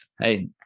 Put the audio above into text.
Hey